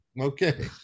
okay